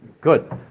Good